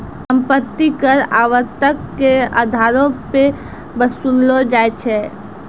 सम्पति कर आवर्तक के अधारो पे वसूललो जाय छै